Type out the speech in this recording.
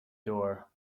door